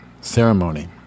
ceremony